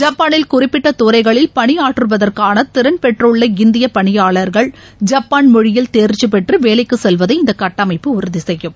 ஜப்பாளில் குறிப்பிட்ட துறைகளில் பணி ஆற்றுவதற்கான திறன் பெற்றுள்ள இந்திய பணியாளர்கள் ஜப்பான் மொழியில் தேர்ச்சி பெற்று வேலைக்கு செல்வதை இந்த கட்டமைப்பு உறுதி செய்யும்